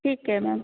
ਠੀਕ ਹੈ ਮੈਮ